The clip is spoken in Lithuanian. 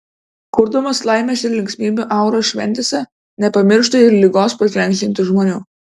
kurdamas laimės ir linksmybių auras šventėse nepamiršta ir ligos paženklintų žmonių